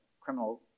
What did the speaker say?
criminal